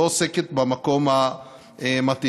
שלא עוסקת במקום המתאים.